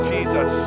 Jesus